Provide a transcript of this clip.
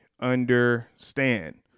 understand